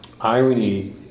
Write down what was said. irony